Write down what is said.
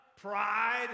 Pride